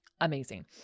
amazing